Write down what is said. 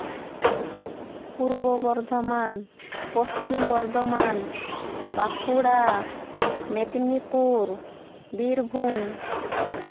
Purba Bardhaman Paschim Bardhaman Bankura Medinipur Birbhum